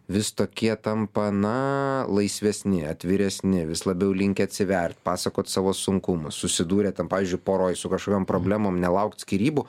vis tokie tampa na laisvesni atviresni vis labiau linkę atsiverti papasakot savo sunkumus susidūrę ten pavyzdžiui poroj su kažkokiom problemom nelaukt skyrybų